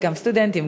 וגם סטודנטים,